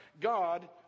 God